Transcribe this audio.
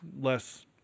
less